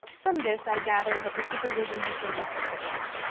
from this i gather that the supervision has been insufficient,